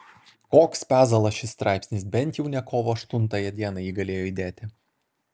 koks pezalas šis straipsnis bent jau ne kovo aštuntąją dieną jį galėjo įdėti